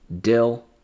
Dill